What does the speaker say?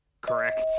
Correct